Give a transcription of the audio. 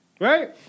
right